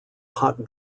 hot